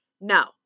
no